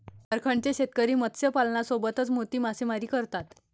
झारखंडचे शेतकरी मत्स्यपालनासोबतच मोती मासेमारी करतात